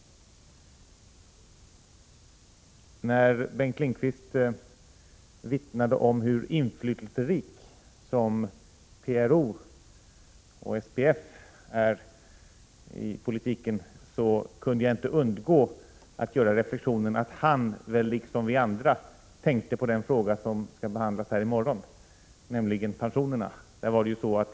När Bengt Lindqvist vittnade om hur inflytelserika PRO och SPF är i politiken, kunde jag inte undgå att göra reflexionen att han väl liksom vi andra tänkte på den fråga som skall behandlas här i morgon, nämligen pensionerna.